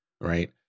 right